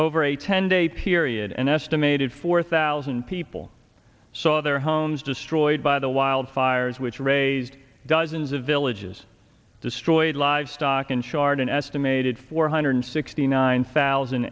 over a ten day period an estimated four thousand people saw their homes destroyed by the wildfires which raised dozens of villages destroyed livestock and charred an estimated four hundred sixty nine thousand